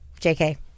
JK